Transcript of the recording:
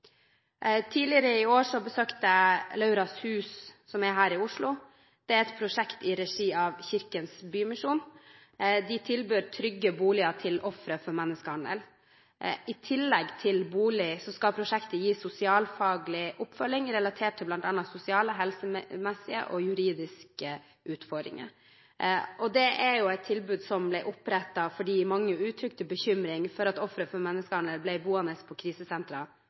Tidligere i år besøkte jeg Lauras Hus, som er her i Oslo. Det er et prosjekt i regi av Kirkens Bymisjon. De tilbyr trygge boliger til ofre for menneskehandel. I tillegg til bolig skal prosjektet gi sosialfaglig oppfølging relatert til bl.a. sosiale, helsemessige og juridiske utfordringer. Det er et tilbud som ble opprettet fordi mange uttrykte bekymring for at ofre for menneskehandel ble boende på krisesentre